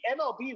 mlb